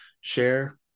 share